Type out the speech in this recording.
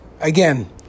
Again